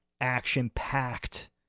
action-packed